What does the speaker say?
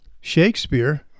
Shakespeare